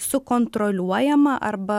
sukontroliuojama arba